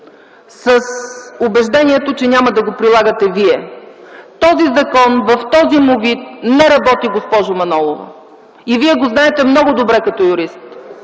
с убеждението, че няма да го прилагате вие. Този закон в този му вид не работи, госпожо Манолова и Вие го знаете много добре като юрист!